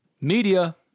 Media